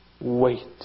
wait